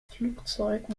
flugzeug